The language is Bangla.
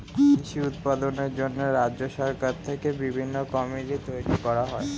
কৃষি উৎপাদনের জন্য রাজ্য সরকার থেকে বিভিন্ন কমিটি তৈরি করা হয়